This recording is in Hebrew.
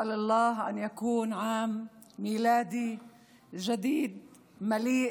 אני מבקשת מאללה שזו תהיה שנה אזרחית חדשה מלאה